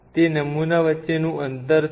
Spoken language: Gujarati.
તે નમૂના વચ્ચેનું અંતર છે